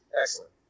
Excellent